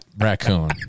raccoon